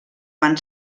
van